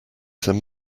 send